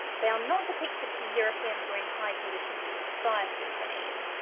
they are not depicted because europeans were in high positions in society in benin.